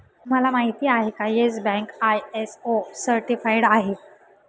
तुम्हाला माहिती आहे का, येस बँक आय.एस.ओ सर्टिफाइड आहे